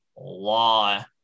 law